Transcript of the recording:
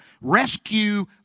Rescue